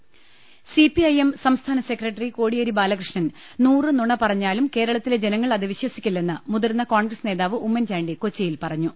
ൃ സിപിഐഎം സംസ്ഥാന സെക്രട്ടറി കോടിയേരി ബാലകൃ ഷ്ണൻ നൂറ് നൂണ പറഞ്ഞാലും കേരളത്തിലെ ജനങ്ങൾ അത് വിശ്വസിക്കില്ലെന്ന് മുതിർന്ന കോൺഗ്രസ് നേതാവ് ഉമ്മൻചാണ്ടി കൊച്ചിയിൽ പറഞ്ഞു